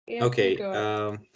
Okay